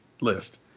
list